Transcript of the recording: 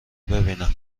ببینم